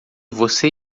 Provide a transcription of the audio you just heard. você